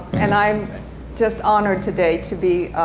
and i'm just honored today to be